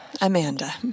Amanda